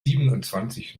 siebenundzwanzig